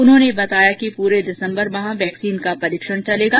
उन्होंने बताया कि पूरे दिसंबर माह वैक्सीन का परीक्षण चलेगा